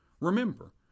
Remember